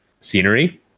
scenery